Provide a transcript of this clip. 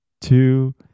two